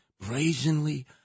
brazenly